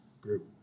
group